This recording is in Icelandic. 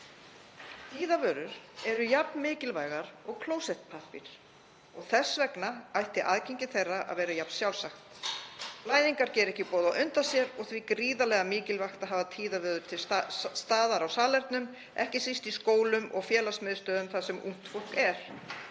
Tíðavörur eru jafn mikilvægar og klósettpappír og þess vegna ætti aðgengi að þeim að vera jafn sjálfsagt. Blæðingar gera ekki boð á undan sér og því gríðarlega mikilvægt að hafa tíðavörur til staðar á salernum, ekki síst í skólum og félagsmiðstöðvum þar sem ungt fólk er.